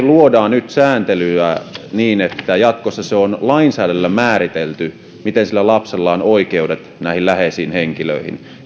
luodaan nyt sääntelyä niin että jatkossa on lainsäädännöllä määritelty miten lapsella on oikeudet näihin läheisiin henkilöihin eli me